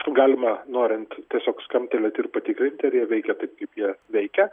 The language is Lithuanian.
galima norint tiesiog skambtelėti ir patikrinti ar jie veikia taip kaip jie veikia